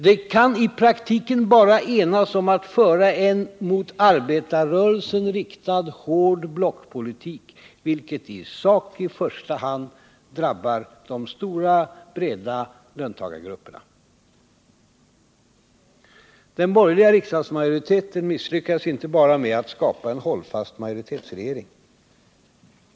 Den kan j praktiken bara enas om att föra en mot arbetarrörelsen riktad, hård blockpolitik, vilket i sak i första hand drabbar de stora breda löntagargrupperna. Den borgerliga riksdagsmajoriteten misslyckades inte bara med att skapa en hållfast majoritetsregering.